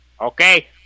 okay